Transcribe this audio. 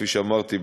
כפי שאמרתי,